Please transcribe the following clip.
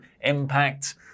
impact